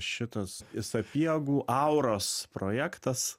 šitas sapiegų auros projektas